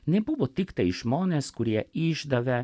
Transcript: nebuvo tiktai žmonės kurie išdavė